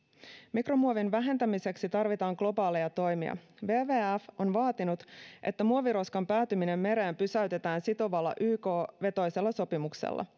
mikromuovin vähentämiseksi tarvitaan globaaleja toimia wwf on vaatinut että muoviroskan päätyminen mereen pysäytetään sitovalla yk vetoisella sopimuksella